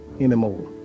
anymore